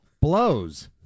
Blows